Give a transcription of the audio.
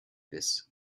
this